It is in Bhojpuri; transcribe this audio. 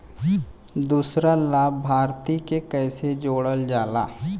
दूसरा लाभार्थी के कैसे जोड़ल जाला?